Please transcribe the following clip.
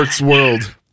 world